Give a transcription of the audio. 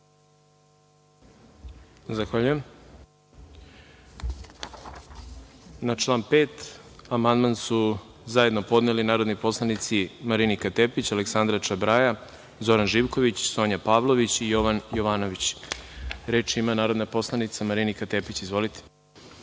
Zahvaljujem. Na član 5. amandman su zajedno podneli narodni poslanici Marinika Tepić, Aleksandra Čabraja, Zoran Živković, Sonja Pavlović i Jovan Jovanović. Reč ima narodna poslanica Marinika Tepić. Izvolite.